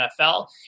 NFL